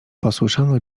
posłyszano